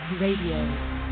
Radio